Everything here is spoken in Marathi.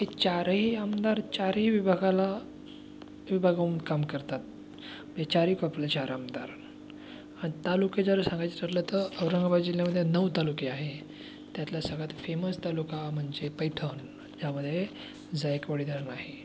हे चारही आमदार चारही विभागाला विभागून काम करतात हे चारही पॉप्युलर चार आमदार हा तालुक्याचं जर सांगायचं ठरलं तर औरंगाबाद जिल्ह्यामध्ये नऊ तालुके आहे त्यातला सगळ्यात फेमस तालुका म्हणजे पैठण यामधे जायकवाडी धरण आहे